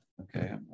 okay